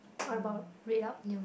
what about red up new